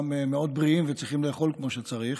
מאוד בריאים וצריכים לאכול כמו שצריך,